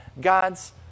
God's